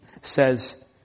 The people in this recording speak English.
says